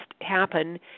happen